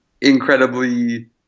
incredibly